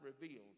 revealed